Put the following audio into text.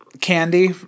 Candy